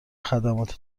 خدمات